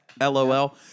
Lol